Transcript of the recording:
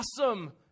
awesome